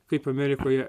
kaip amerikoje